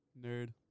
Nerd